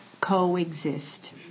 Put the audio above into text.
coexist